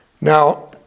Now